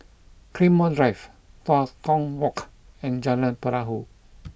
Claymore Drive Tua Kong Walk and Jalan Perahu